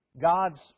God's